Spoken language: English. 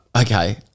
Okay